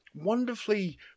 wonderfully